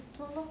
don't know